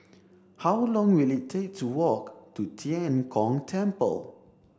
how long will it take to walk to Tian Kong Temple